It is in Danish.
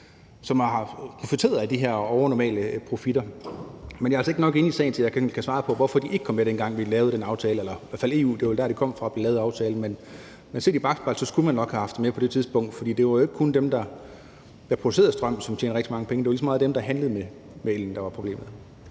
som har profiteret af de her overnormale profitter. Men jeg er altså ikke nok inde i sagen til, at jeg kan svare på, hvorfor de ikke kom med, dengang vi lavede den aftale, som kom fra EU. Men set i bakspejlet skulle man nok have haft dem med på det tidspunkt, for det var jo ikke kun dem, der producerede strøm, som tjente rigtig mange penge; det var lige så meget dem, der handlede med el, der var problemet.